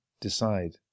decide